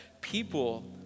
people